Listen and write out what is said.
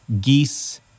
geese